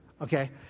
Okay